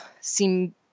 seem